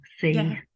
see